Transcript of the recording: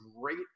great